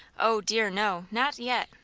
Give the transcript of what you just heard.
oh, dear no! not yet!